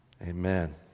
Amen